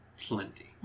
plenty